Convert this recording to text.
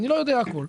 אני לא יודע הכול.